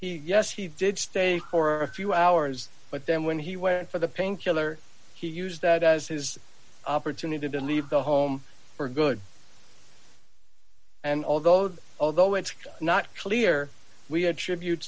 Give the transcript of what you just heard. he yes he did stay for a few hours but then when he went for the pain killer he used that as his opportunity to leave the home for good and although the although it's not clear we